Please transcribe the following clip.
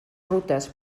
rutes